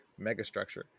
megastructure